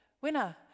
winner